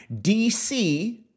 dc